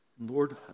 Lord